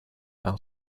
our